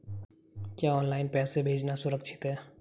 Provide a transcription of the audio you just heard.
क्या ऑनलाइन पैसे भेजना सुरक्षित है?